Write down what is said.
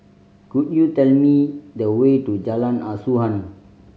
could you tell me the way to Jalan Asuhan